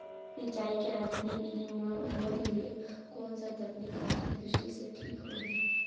सिंचाई के आधुनिक विधि म मोर लिए कोन स तकनीक आर्थिक दृष्टि से ठीक होही?